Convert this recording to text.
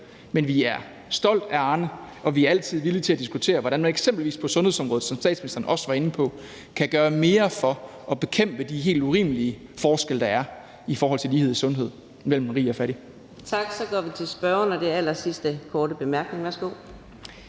Men vi er stolte af Arnepensionen, og vi er altid villige til at diskutere, hvordan man eksempelvis på sundhedsområdet, som statsministeren også var inde på, kan gøre mere for at bekæmpe de helt urimelige forskelle, der er i forhold til lighed i sundhed, mellem rig og fattig. Kl. 10:39 Fjerde næstformand (Karina Adsbøl): Tak. Så går vi til spørgeren og den allersidste korte bemærkning. Værsgo.